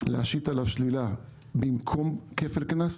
להשית עליו שלילה במקום כפל הקנס?